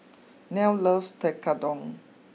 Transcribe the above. Nell loves Tekkadon